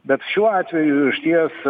bet šiuo atveju išties